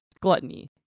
gluttony